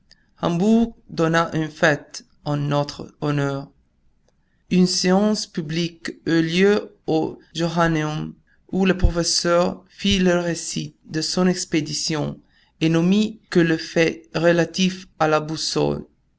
hambourg donna une fête en notre honneur une séance publique eut lieu au johannaeum où le professeur fit le récit de son expédition et n'omit que les faits relatifs à la boussole